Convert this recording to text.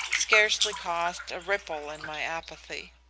scarcely caused a ripple in my apathy.